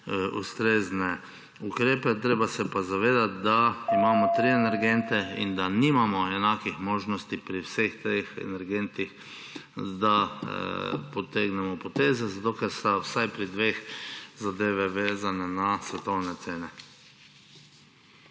ustrezne ukrepe. Treba se je pa zavedati, da imamo tri energente in da nimamo enakih možnosti pri vseh treh energentih, da potegnemo poteze, zato ker so vsaj pri dveh zadeve vezane na svetovne cene.